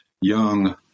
young